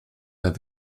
der